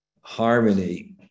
harmony